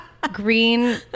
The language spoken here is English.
Green